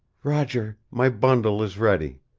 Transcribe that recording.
roger, my bundle is ready.